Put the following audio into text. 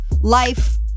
life